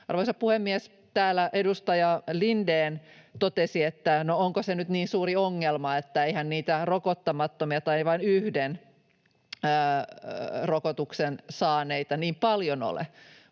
Arvoisa puhemies! Täällä edustaja Lindén totesi, että ”no onko se nyt niin suuri ongelma, eihän niitä rokottamattomia tai vain yhden rokotuksen saaneita niin paljon ole”.